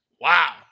Wow